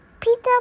Peter